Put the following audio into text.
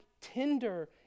tender